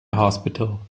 hospital